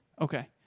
Okay